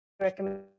recommend